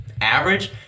average